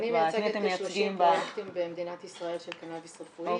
מייצגת כ-30 פרויקטים במדינת ישראל של קנאביס רפואי,